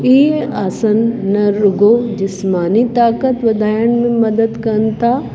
इहे आसन न रुॻो जिस्मानी ताक़त वधाइण में मदद कनि था